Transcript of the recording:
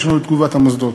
יש לנו תגובת המוסדות.